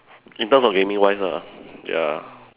in terms of living wise lah ya